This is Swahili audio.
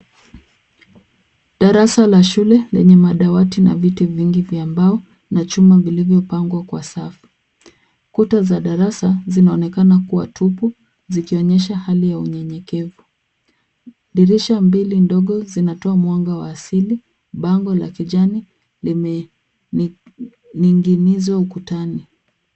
Darasa la shule lenye madawati na viti vingi vya mbao na chuma vilivyopangwa kwa safu. Kuta za darasa zinaonekana kuwa tupu zikionyesha hali ya unyenyekevu. Dirisha mbili ndogo zinatoa mwanga wa asili. Bango la kijani limeninig'inizwa ukutani.